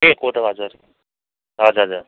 ए कोदो हजुर हजुर हजुर